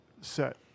set